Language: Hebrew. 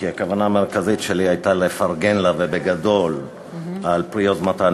כי הכוונה המרכזית שלי הייתה לפרגן לה ובגדול על פרי יוזמתה.